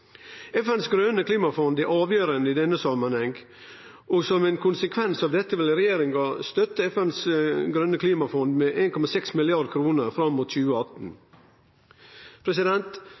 grøne klimafondet til FN er avgjerande i denne samanhengen, og som ein konsekvens av dette vil regjeringa støtte Det grøne klimafondet til FN med 1,6 mrd. kr fram mot 2018.